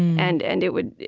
and and it would,